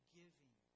giving